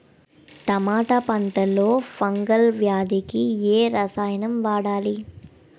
టమాటా పంట లో ఫంగల్ వ్యాధికి ఏ రసాయనం వాడాలి?